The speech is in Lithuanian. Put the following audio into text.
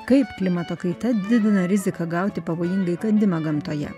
kaip klimato kaita didina riziką gauti pavojingą įkandimą gamtoje